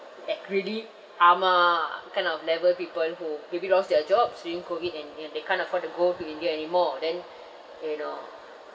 that really ama kind of level people who maybe lost their jobs during COVID and and they can't afford to go to india anymore then you know